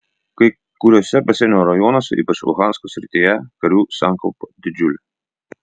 kai kuriuose pasienio rajonuose ypač luhansko srityje karių sankaupa didžiulė